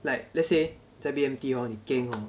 like let's say 在 B_M_T hor 你 geng hor